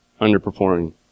underperforming